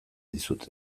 dizute